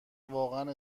واقعا